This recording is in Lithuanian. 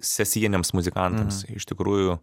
sesijiniams muzikantams iš tikrųjų